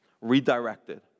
redirected